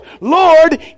Lord